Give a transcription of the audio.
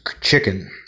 chicken